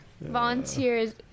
Volunteers